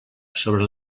sobre